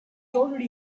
already